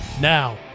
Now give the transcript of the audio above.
now